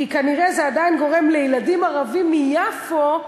כי כנראה זה עדיין גורם לילדים ערבים מיפו,